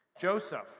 Joseph